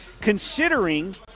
Considering